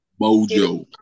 Mojo